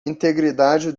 integridade